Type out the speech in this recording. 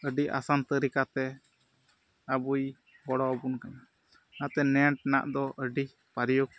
ᱟᱹᱰᱤ ᱟᱥᱟᱱ ᱛᱟᱹᱨᱤᱠᱟᱛᱮ ᱟᱵᱚᱭ ᱜᱚᱲᱚ ᱟᱵᱚᱱ ᱠᱟᱱᱟ ᱚᱱᱟᱛᱮ ᱱᱮᱴ ᱨᱮᱭᱟᱜ ᱫᱚ ᱟᱹᱰᱤ ᱯᱨᱳᱭᱳᱜᱽ